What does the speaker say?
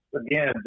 Again